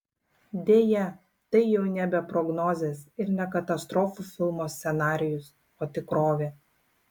deja tai jau nebe prognozės ir ne katastrofų filmo scenarijus o tikrovė